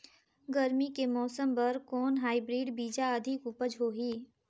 गरमी के मौसम बर कौन हाईब्रिड बीजा अधिक उपज होही?